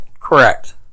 Correct